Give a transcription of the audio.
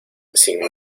sin